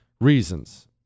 reasons